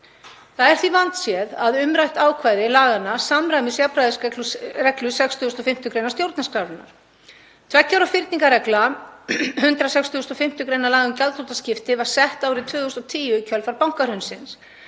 Það er því vandséð að umrætt ákvæði laganna samræmist jafnræðisreglu 65. gr. stjórnarskrárinnar. Tveggja ára fyrningarregla 165. gr. laga um gjaldþrotaskipti var sett árið 2010 í kjölfar bankahrunsins